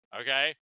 Okay